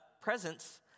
presence